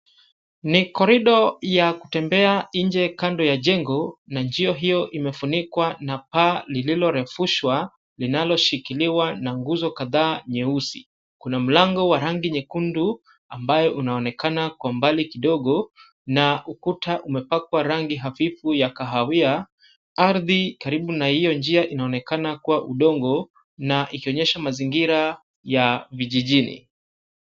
Ni korido ya kutembea nje kando ya jengo, na njio hiyo imefunikwa na paa lililo refushwa, linaloshikiliwa na nguzo kadhaa nyeusi. Kuna mlango wa rangi nyekundu ambaye unaonekana kwa mbali kidogo na ukuta umepakwa rangi hafifu ya kahawia ardhi karibu na hiyo njia inaonekana kuwa udongo na ikionyesha mazingira ya vijijini.